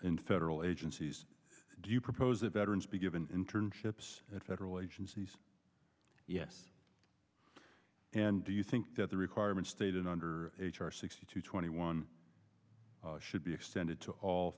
in federal agencies do you propose that veterans be given internships at federal agencies yes and do you think that the requirement stated under h r sixty two twenty one should be extended to all